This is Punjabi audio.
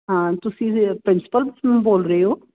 ਹਾਂ ਤੁਸੀਂ ਇਹਦੇ ਪ੍ਰਿੰਸੀਪਲ ਬੋਲ ਰਹੇ ਹੋ